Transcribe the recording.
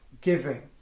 giving